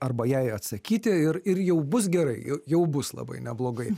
arba jai atsakyti ir ir jau bus gerai jau bus labai neblogai